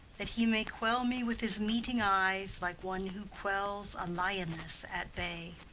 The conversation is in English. that he may quell me with his meeting eyes like one who quells a lioness at bay.